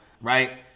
right